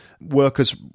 workers